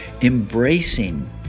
embracing